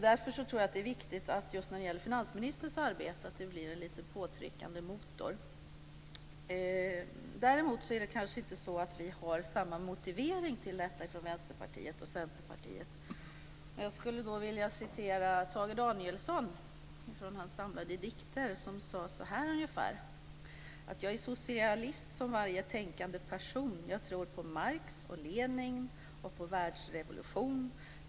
Därför tror jag att det är viktigt att vi får en lite påtryckande motor just när det gäller finansministerns arbete. Däremot har vi nog inte samma motivering till detta från Vänsterpartiet och Centerpartiet. Jag skulle vilja återge vad Tage Danielsson har skrivit i sina samlade dikter. Han sade ungefär så här: Jag är socialist som varje tänkande person. Jag tror på Marx och Lenin och på världsrevolution.